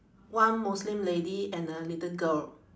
one muslim lady and a little girl